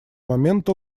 момента